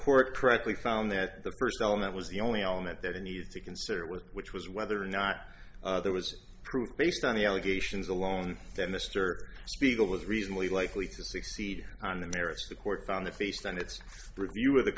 court correctly found that the first element was the only element that i need to consider with which was whether or not there was proof based on the allegations alone that mr spiegel was reasonably likely to succeed on the merits the court found that faced on its review